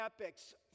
epics